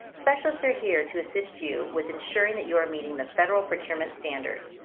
specialists are here to assist you with ensuring that you are meeting the federal procurement standards